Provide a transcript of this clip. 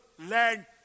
land